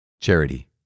Charity